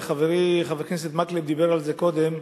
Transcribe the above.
וחברי חבר הכנסת מקלב דיבר על זה קודם,